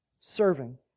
Serving